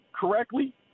correctly